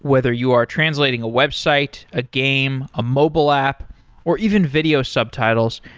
whether you are translating a website, a game, a mobile app or even video subtitles,